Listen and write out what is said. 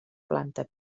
planta